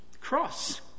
Cross